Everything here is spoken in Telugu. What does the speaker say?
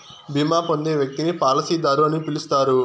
బీమా పొందే వ్యక్తిని పాలసీదారు అని పిలుస్తారు